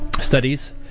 studies